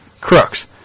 Crooks